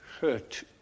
hurt